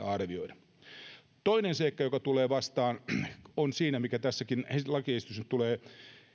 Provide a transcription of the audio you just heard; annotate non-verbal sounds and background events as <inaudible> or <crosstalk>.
<unintelligible> arvioida toinen seikka joka tulee vastaan ja mikä tässäkin lakiesityksessä tulee